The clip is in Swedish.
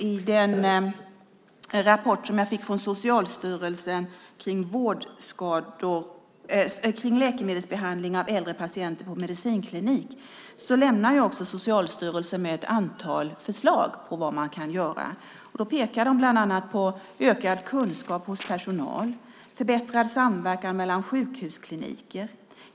I den rapport som jag fick från Socialstyrelsen om läkemedelsbehandling av äldre patienter på medicinklinik lämnar Socialstyrelsen ett antal förslag på vad man kan göra. Man pekar bland annat på ökad kunskap hos personal, förbättrad samverkan mellan sjukhuskliniker.